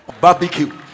barbecue